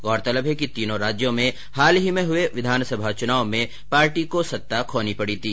गौरतलब है कि तीनों राज्यों में हाल ही में हुए विधानसभा चुनाव में पार्टी को सत्ता खोनी पडी थी